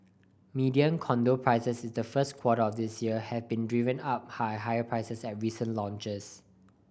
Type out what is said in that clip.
median condo prices in the first quarter of this year have been driven up high higher prices at recent launches